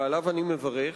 ועליו אני מברך,